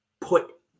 put